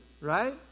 right